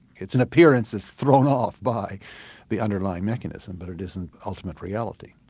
it's an appearance that's thrown off by the underlying mechanism, but it isn't ultimate reality.